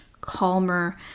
calmer